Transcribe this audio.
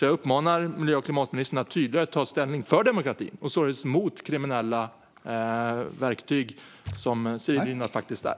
Jag uppmanar därför miljö och klimatministern att ta tydligare ställning för demokratin och således mot kriminella verktyg, vilket civil olydnad faktiskt är.